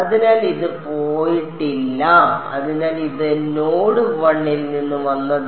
അതിനാൽ ഇത് പോയിട്ടില്ല അതിനാൽ ഇത് നോഡ് 1 ൽ നിന്ന് വന്നത്